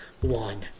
one